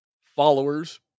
followers